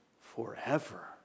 forever